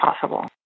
possible